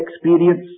experience